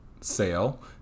sale